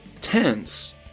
tense